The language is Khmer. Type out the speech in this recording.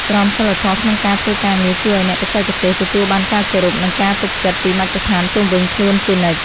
ក្រមសីលធម៌ក្នុងការធ្វើការងារជួយឱ្យអ្នកបច្ចេកទេសទទួលបានការគោរព និងការទុកចិត្តពីមជ្ឈដ្ឋានជុំវិញខ្លួនជានិច្ច។